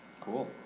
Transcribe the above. Cool